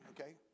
okay